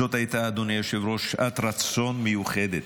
זו הייתה, אדוני היושב-ראש, שעת רצון מיוחדת.